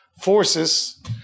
forces